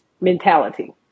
mentality